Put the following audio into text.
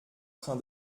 train